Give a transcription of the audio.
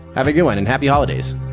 have a good one, and happy holidays.